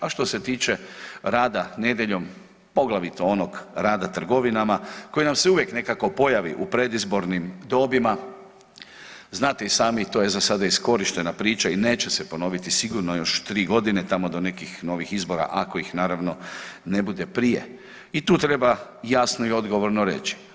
A što se tiče rada nedjeljom, poglavito onog rada trgovinama, koji nam se uvijek nekako pojavi u predizbornim dobima, znate i sami, to je za sada iskorištena priča i neće se ponoviti sigurno još 3 godine, tamo do nekih novih izbora, ako ih naravno, ne bude prije i tu treba jasno i odgovorno reći.